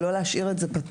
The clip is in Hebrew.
ולא להשאיר את זה פתוח.